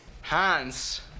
Hans